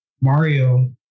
Mario